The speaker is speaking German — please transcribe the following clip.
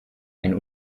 ein